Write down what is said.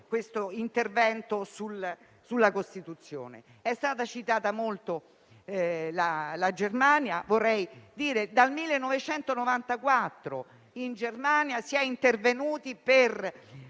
è stata citata molto la Germania,